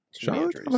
Charlotte